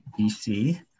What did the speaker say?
DC